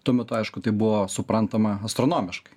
tuo metu aišku tai buvo suprantama astronomiškai